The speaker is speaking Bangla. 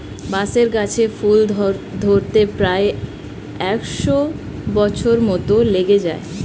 বাঁশের গাছে ফুল ধরতে প্রায় একশ বছর মত লেগে যায়